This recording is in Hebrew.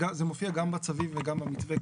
זה מופיע גם בצווים וגם במתווה.